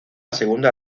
segunda